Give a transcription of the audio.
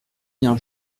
bien